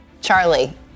Charlie